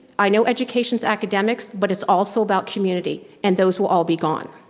i know education's academics but it's also about community and those will all be gone.